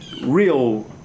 real